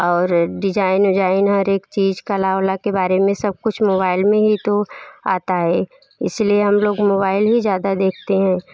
और डिजाइन उजाइन हर एक चीज़ कला उला के बारे में सब कुछ मोबैल में ही तो आता है इस लिए हम लोग मोबैल ही ज़्यादा देखते हैं